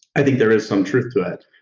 i think there is some truth to it,